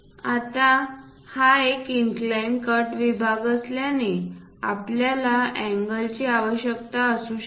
आता हा एक इनक्लाइंड कट विभाग असल्याने आपल्याला अँगलची आवश्यकता असू शकते